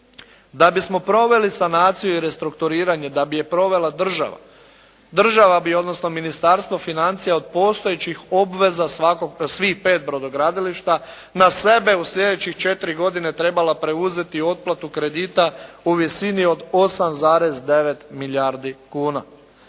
Da bismo proveli sanaciju i restrukturiranje, da bi je provela država, država bi odnosno Ministarstvo financija od postojećih obveza svih pet brodogradilišta na sebe u sljedećih 4 godine trebala preuzeti otplatu kredita u visini od 8,9 milijardi kuna.